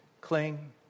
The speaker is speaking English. cling